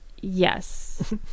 yes